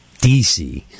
DC